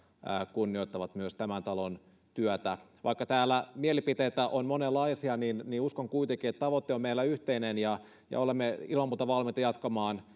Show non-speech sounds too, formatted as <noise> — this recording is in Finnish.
kunnioittavat myös tämän talon työtä vaikka täällä mielipiteitä on monenlaisia niin niin uskon kuitenkin että tavoite on meillä yhteinen ja ja olemme ilman muuta valmiita jatkamaan <unintelligible>